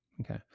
okay